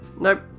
Nope